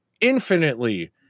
infinitely